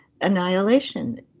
annihilation